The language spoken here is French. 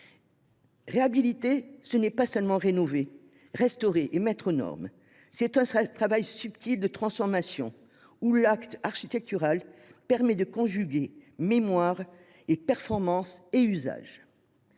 Réhabiliter, ce n’est pas seulement rénover, restaurer et mettre aux normes ; c’est un travail subtil de transformation, par lequel l’acte architectural permet de conjuguer mémoire, performance et usage.